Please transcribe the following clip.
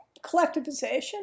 collectivization